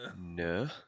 No